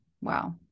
wow